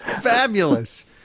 fabulous